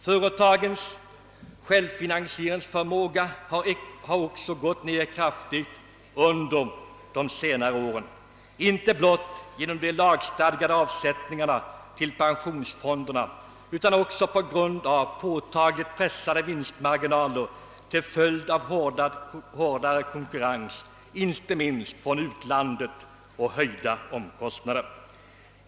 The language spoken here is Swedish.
Företagens självfinansieringsförmåga har också gått ner kraftigt under senare år, inte blott genom de lagstadgade avsättningarna till pensionsfonderna utan också på grund av påtagligt pressade vinstmarginaler till följd av hårdare konkurrens, inte minst från utlandet, och höjda omkostnader.